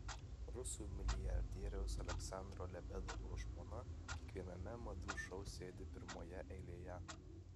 rusų milijardieriaus aleksandro lebedevo žmona kiekviename madų šou sėdi primoje eilėje